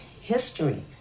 history